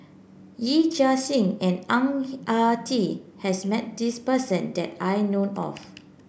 Yee Chia Hsing and Ang Ah Tee has met this person that I know of